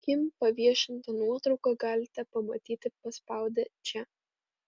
kim paviešintą nuotrauką galite pamatyti paspaudę čia